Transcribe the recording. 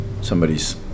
somebody's